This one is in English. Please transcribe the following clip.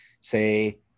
say